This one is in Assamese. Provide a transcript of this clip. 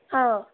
অঁ